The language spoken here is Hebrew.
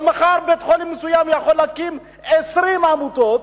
מחר בית-חולים מסוים יכול להקים 20 עמותות,